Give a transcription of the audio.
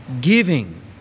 giving